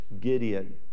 gideon